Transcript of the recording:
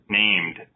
named